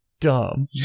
dumb